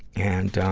and,